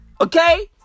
Okay